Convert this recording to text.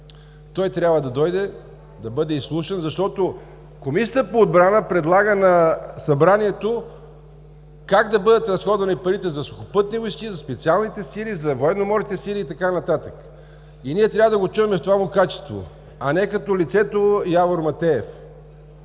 Той трябва да дойде да бъде изслушан, защото Комисията по отбрана предлага на Народното събрание как да бъдат разходвани парите за сухопътни войски, за специалните сили, за военноморските сили и така нататък. Ние трябва да го чуем в това му качество, а не като лицето Явор Матеев.